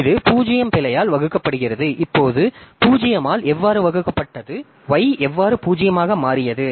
இது 0 பிழையால் வகுக்கப்படுகிறது இப்போது 0 ஆல் எவ்வாறு வகுக்கப்பட்டது y எவ்வாறு 0 ஆக மாறியது